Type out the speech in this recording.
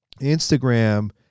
Instagram